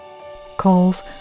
Calls